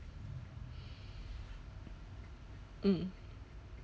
mm